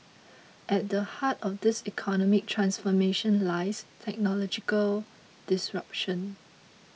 at the heart of this economic transformation lies technological disruption